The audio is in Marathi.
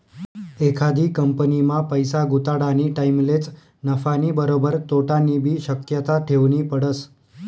एखादी कंपनीमा पैसा गुताडानी टाईमलेच नफानी बरोबर तोटानीबी शक्यता ठेवनी पडस